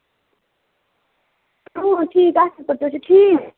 اۭں ٹھیٖک اَصٕل پٲٹھۍ تُہۍ چھُو ٹھیٖک